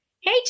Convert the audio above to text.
hey